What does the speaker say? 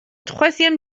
troisième